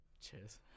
Cheers